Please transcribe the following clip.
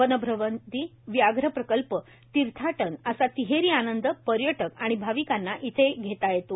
one भ्रमंती व्याघ्र प्रकल्प तीर्थाटन असा तिहेरी आनंद पर्यटक आणि भाविकांना इथे घेता येतो